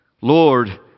Lord